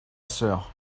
sœur